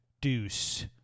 deuce